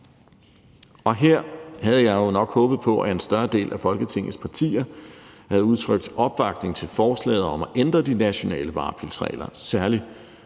Her havde jeg jo nok håbet på, at en større del af Folketingets partier havde udtrykt opbakning til forslaget om at ændre de nationale varebilsregler. Særlig